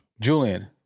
Julian